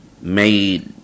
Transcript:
made